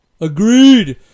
Agreed